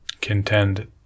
contend